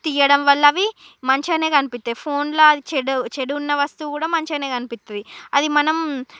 తీయడంవల్ల అవి మంచిగానే కనిపిస్తాయ్ ఫోన్లో వాళ్ళు చెడు చెడు ఉన్న వస్తువు కూడ మంచిగానే కనిపిస్తుంది అది మనం